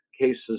cases